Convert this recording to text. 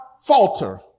falter